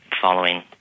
following